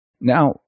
Now